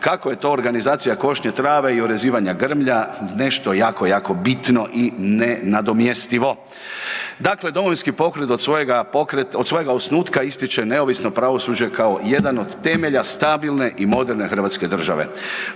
kako je to organizacija košnje trave i orezivanja grmlja nešto jako, jako bitno i nenadomjestivo. Dakle, Domovinski pokret od svojega osnutka ističe neovisno pravosuđe kao jedan od temelja stabilne i moderne hrvatske države,